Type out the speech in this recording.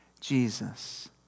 Jesus